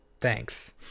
Thanks